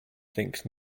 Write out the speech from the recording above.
thinks